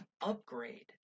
upgrade